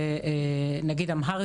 נגיד אמהרית,